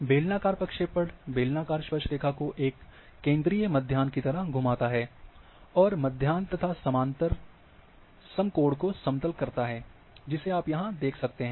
बेलनाकार प्रक्षेपण बेलनाकार स्पर्शरेखा को एक केंद्रीय मध्याह्न की तरह घुमाता है और मध्याह्न तथा समानांतर समकोण को समतल करता है जिसे आप यहां देख सकते हैं